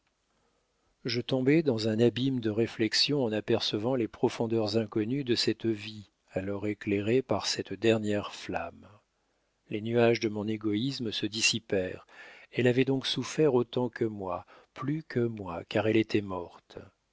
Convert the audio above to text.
je tombai dans un abîme de réflexions en apercevant les profondeurs inconnues de cette vie alors éclairée par cette dernière flamme les nuages de mon égoïsme se dissipèrent elle avait donc souffert autant que moi plus que moi car elle était morte